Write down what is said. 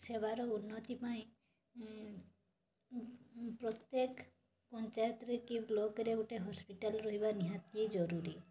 ସେବାର ଉନ୍ନତ୍ତି ପାଇଁ ପ୍ରତ୍ୟେକ ପଞ୍ଚାୟତରେ କି ବ୍ଲକ୍ରେ ଗୋଟେ ହସ୍ପିଟାଲ୍ ରହିବା ନିହାତି ଜରୁରୀ